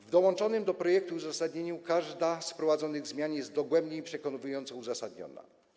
W dołączonym do projektu uzasadnieniu każda z wprowadzonych zmian jest dogłębnie i przekonująco uzasadniona.